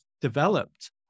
developed